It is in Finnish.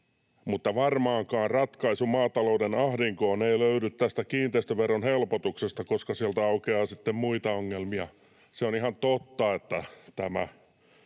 ”Mutta varmaankaan ratkaisu maatalouden ahdinkoon ei löydy tästä kiinteistöveron helpotuksesta, koska sieltä aukeaa sitten muita ongelmia.” Se on ihan totta, että tämä